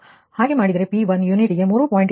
ಆದ್ದರಿಂದ ನೀವು ಹಾಗೆ ಮಾಡಿದರೆ P1 ಯುನಿಟ್ಗೆ 3